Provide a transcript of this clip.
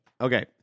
Okay